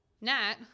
Nat